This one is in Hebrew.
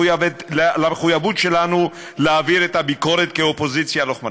למחויבות שלנו להעביר את הביקורת כאופוזיציה לוחמנית.